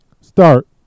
Start